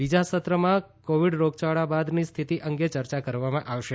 બીજા સત્રમાં કોવિડ રોગયાળા બાદની સ્થિતી અંગે ચર્ચા કરવામાં આવશે